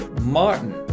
Martin